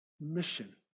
mission